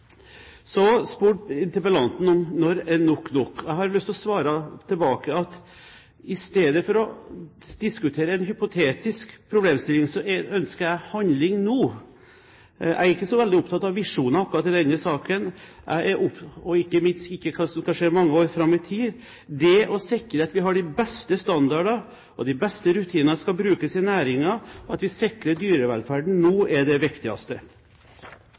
Så spurte interpellanten om når nok er nok. Jeg har lyst til å svare tilbake at i stedet for å diskutere en hypotetisk problemstilling ønsker jeg handling nå. Jeg er ikke så veldig opptatt av visjoner akkurat i denne saken, og ikke av hva som skal skje mange år fram i tid. Det å sikre at vi har de beste standarder og de beste rutiner til bruk i næringen, og at vi sikrer dyrevelferden nå, er det viktigste.